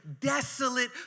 desolate